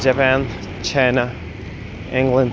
Japan China England